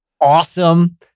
awesome